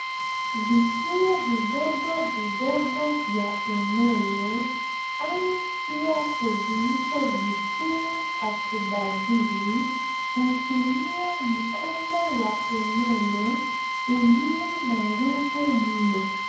Vituo vidogo vidogo vya umeme au pia tuviite vituo cha kubadili. Hutumia mkondo wa umeme ulio na nguvu mno.